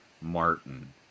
Martin